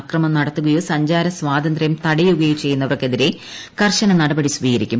അക്രമം നടത്തുകയോ സഞ്ചാര സ്വാതന്ത്ര്യം തടയുകയോ ചെയ്യുന്നവർക്കെതിരെ കർശന നടപടി സ്വീകരിക്കും